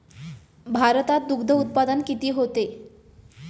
भारतात दुग्धउत्पादन किती होते?